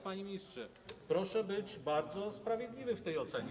Panie ministrze, proszę być bardzo sprawiedliwym w tej ocenie.